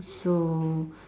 so